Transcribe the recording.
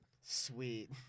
Sweet